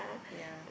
ya